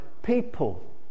People